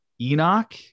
Enoch